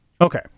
Okay